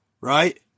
right